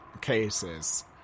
cases